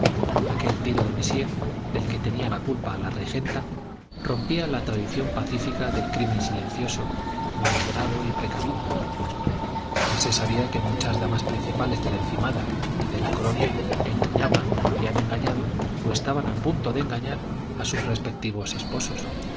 aquel tiro de mesía del que tenía la culpa la regenta rompía la tradición pacífica del crimen silencioso morigerado y precavido ya se sabía que muchas damas principales de la encimada y de la colonia engañaban o habían engañado o estaban a punto de engañar a su respectivo esposo